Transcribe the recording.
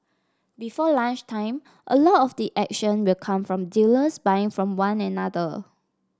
before lunchtime a lot of the action will come from dealers buying from one another